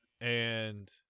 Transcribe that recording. and-